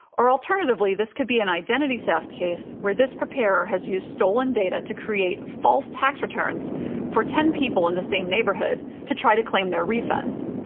or alternatively, this could an identity theft case where this preparer has used stolen data to create false tax returns for ten people in the same neighborhood to try to claim their refunds.